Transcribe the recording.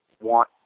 want